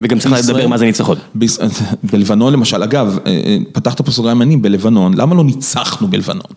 וגם צריכה לדבר מה זה ניצחון. בלבנון למשל, אגב, פתחתי פה סוגריים אני בלבנון, למה לא ניצחנו בלבנון?